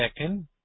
second